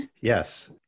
Yes